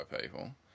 people